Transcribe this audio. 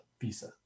visa